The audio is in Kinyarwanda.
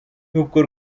nubwo